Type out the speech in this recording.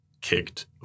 kicked